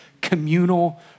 communal